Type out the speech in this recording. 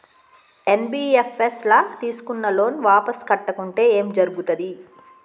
NBFS ల తీస్కున్న loan వాపస్ కట్టకుంటే ఏం జర్గుతది?